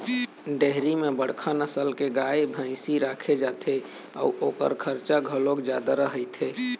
dairy म बड़का नसल के गाय, भइसी राखे जाथे अउ ओखर खरचा घलोक जादा रहिथे